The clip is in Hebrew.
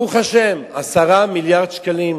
ברוך השם, 10 מיליארד שקלים.